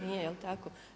Nije je li tako?